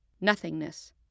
nothingness